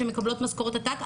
שמקבלות משכורות עתק,